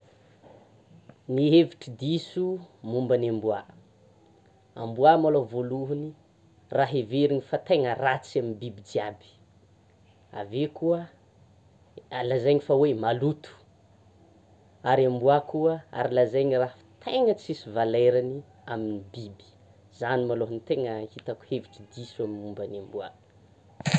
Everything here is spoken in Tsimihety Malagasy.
Ny hevitra diso momba ny amboa, amboa malao voalohany raha heverina fa tegna ratsy amin'ny biby jiaby; avy koa, lazaina fa hoe maloto; ary amboa koa ary lazaina raha tegna tsisy valerany amin'ny biby, zany maloa ny tegna hitako hevitry diso amin'ny momba ny amboa.